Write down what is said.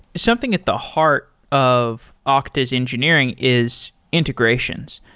something at the heart of ah okta's engineering is integrations.